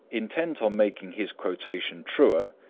intent on making his quotation truer,